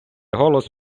голос